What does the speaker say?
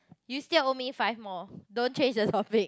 you still owe me five more don't change the topic